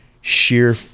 sheer